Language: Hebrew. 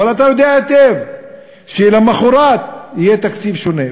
אבל, אתה יודע היטב שלמחרת יהיה תקציב שונה.